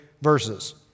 verses